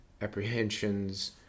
apprehensions